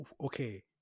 okay